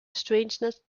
strangeness